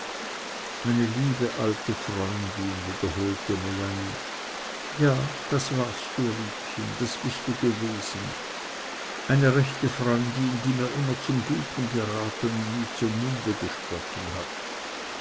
meine liebe alte freundin wiederholte melanie ja das warst du riekchen das bist du gewesen eine rechte freundin die mir immer zum guten geraten und nie zum munde gesprochen hat